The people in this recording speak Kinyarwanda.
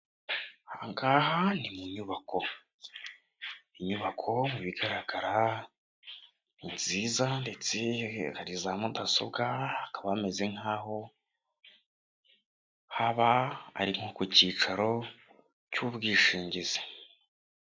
Aha ngaha ni mu nyubako, inyubako mu bigaragara ni nziza ndetse hari za mudasobwa hakaba hameze nk'aho haba ari ku cyicaro cy'ubwishingizi.